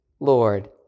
Lord